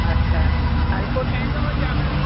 अच्छा हल्को ठवंदो उअ चांवर